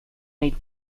ate